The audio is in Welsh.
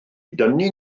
dynnu